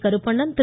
Karuppanan Thiru